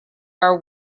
are